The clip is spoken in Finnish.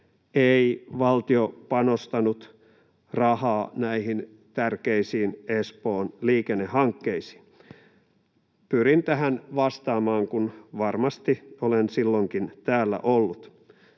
ei valtio panostanut rahaa näihin tärkeisiin Espoon liikennehankkeisiin. Pyrin tähän vastaamaan, kun varmasti olen silloinkin täällä ollut.